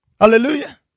Hallelujah